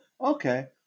Okay